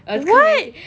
what